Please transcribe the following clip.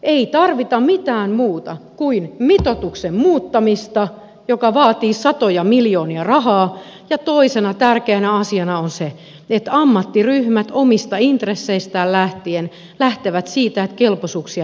ei tarvita mitään muuta kuin mitoituksen muuttamista joka vaatii satoja miljoonia rahaa ja toisena tärkeänä asiana on se että ammattiryhmät omista intresseistään lähtien lähtevät siitä että kelpoisuuksia pitää muuttaa